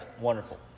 wonderful